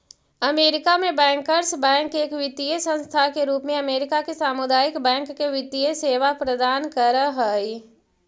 America में bankers bank एक वित्तीय संस्था के रूप में अमेरिका के सामुदायिक बैंक के वित्तीय सेवा प्रदान कर हइ